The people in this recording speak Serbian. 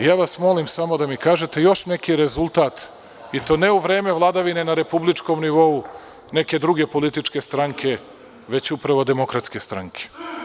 Molim vas samo da mi kažete još neki rezultat, i to ne u vreme vladavine na republičkom nivou neke druge političke stranke, već upravo Demokratske stranke.